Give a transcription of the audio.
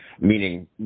meaning